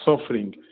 suffering